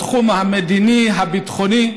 בתחום המדיני, הביטחוני.